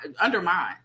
undermine